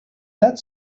that